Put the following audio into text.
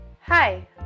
Hi